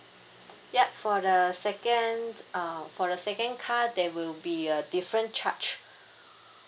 ya for the second uh for the second car there will be a different charge